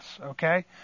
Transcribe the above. okay